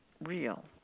real